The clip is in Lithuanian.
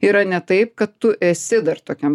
yra ne taip kad tu esi dar tokiam